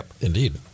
indeed